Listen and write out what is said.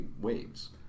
waves